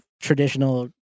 traditional